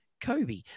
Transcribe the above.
Kobe